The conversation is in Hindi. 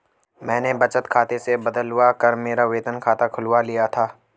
मैंने बचत खाते से बदलवा कर मेरा वेतन खाता खुलवा लिया था